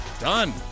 Done